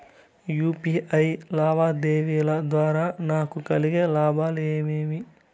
UPI లావాదేవీల ద్వారా నాకు కలిగే లాభాలు ఏమేమీ?